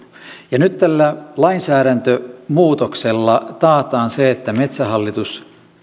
nyt tällä lainsäädäntömuutoksella taataan se että metsähallitus